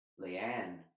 Leanne